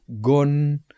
gone